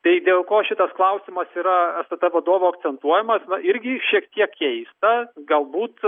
tai dėl ko šitas klausimas yra stt vadovo akcentuojamas na irgi šiek tiek keista galbūt